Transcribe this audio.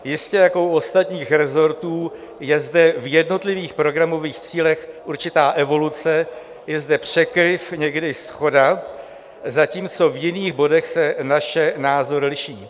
Jistě, jako u ostatních resortů je zde v jednotlivých programových cílech určitá evoluce, je zde překryv, někdy i shoda, zatímco v jiných bodech se naše názory liší.